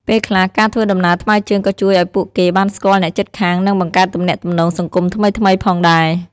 ពេលខ្លះ ការធ្វើដំណើរថ្មើរជើងក៏ជួយឱ្យពួកគេបានស្គាល់អ្នកជិតខាងនិងបង្កើតទំនាក់ទំនងសង្គមថ្មីៗផងដែរ។